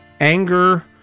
anger